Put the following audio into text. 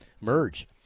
merge